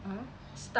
(uh huh)